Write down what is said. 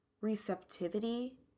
receptivity